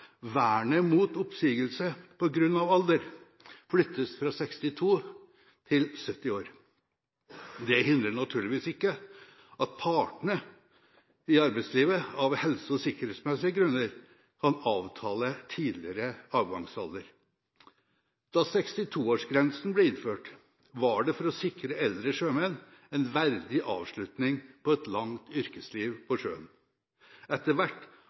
vernet mot oppsigelse på grunn av alder, flyttes fra 62 til 70 år. Det hindrer naturligvis ikke at partene i arbeidslivet av helse- og sikkerhetsmessige grunner kan avtale tidligere avgangsalder. Da 62-årsgrensen ble innført, var det for å sikre eldre sjømenn en verdig avslutning på et langt yrkesliv på sjøen. Etter hvert